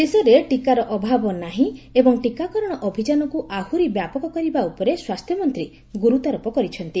ଦେଶରେ ଟିକାର ଅଭାବ ନାହିଁ ଏବଂ ଟିକାକରଣ ଅଭିଯାନକୁ ଆହୁରି ବ୍ୟାପକ କରିବା ଉପରେ ସ୍ୱାସ୍ଥ୍ୟମନ୍ତ୍ରୀ ଗୁରୁତ୍ୱାରୋପ କରିଛନ୍ତି